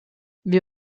wir